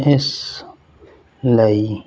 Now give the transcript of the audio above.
ਇਸ ਲਈ